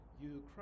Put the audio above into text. Ukraine